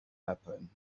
happen